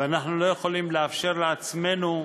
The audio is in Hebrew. ואנחנו לא יכולים לאפשר לעצמנו,